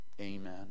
Amen